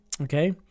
okay